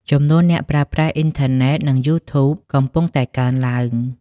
ចំនួនអ្នកប្រើប្រាស់អ៊ីនធឺណិតនិង YouTube កំពុងតែកើនឡើង។